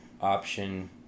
option